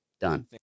done